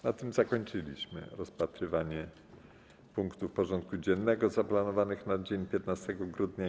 Na tym zakończyliśmy rozpatrywanie punktów porządku dziennego zaplanowanych na dzień 15 grudnia br.